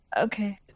Okay